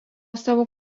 savo